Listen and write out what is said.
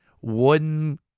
wooden